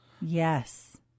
yes